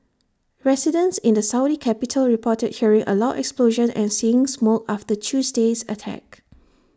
residents in the Saudi capital reported hearing A loud explosion and seeing smoke after Tuesday's attack